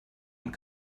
und